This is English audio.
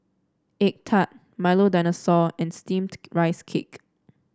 egg tart Milo Dinosaur and steamed Rice Cake